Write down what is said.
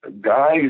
guys